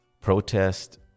protest